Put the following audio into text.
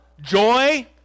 joy